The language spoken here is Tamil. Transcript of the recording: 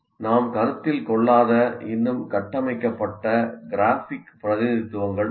நாம் கருத்தில் கொள்ளாத இன்னும் கட்டமைக்கப்பட்ட கிராஃபிக் பிரதிநிதித்துவங்கள் உள்ளன